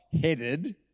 headed